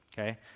okay